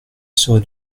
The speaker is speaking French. serait